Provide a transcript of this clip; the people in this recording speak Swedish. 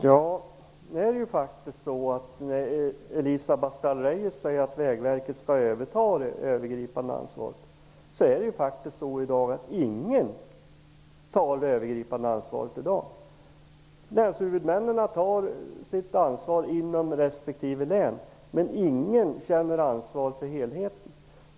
Fru talman! Elisa Abascal Reyes säger att Vägverket kommer att överta det övergripande ansvaret. Men i dag är det faktiskt ingen som tar det övergripande ansvaret. Länshuvudmännen tar sitt ansvar inom respektive län, men ingen känner ansvar för helheten.